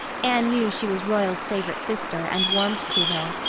anne knew she was roy's favorite sister and warmed to her.